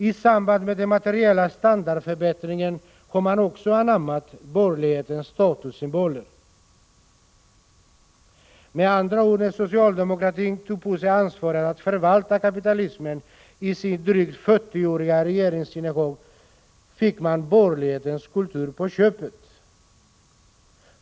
I samband med den materiella standardförbättringen har man också anammat borgerlighetens statussymboler. Med andra ord: När socialdemokratin tog på sig ansvaret att förvalta kapitalismen under sitt drygt 40-åriga regeringsinnehav fick man borgerlighetens kultur på köpet.